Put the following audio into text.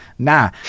Nah